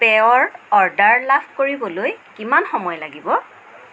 পেয়ৰ order লাভ কৰিবলৈ কিমান সময় লাগিব